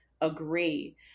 agree